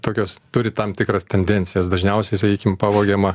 tokios turi tam tikras tendencijas dažniausiai sakykim pavogiama